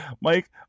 Mike